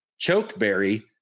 chokeberry